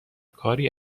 کاری